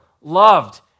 loved